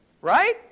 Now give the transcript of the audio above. Right